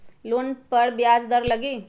Loan पर ब्याज दर लगी?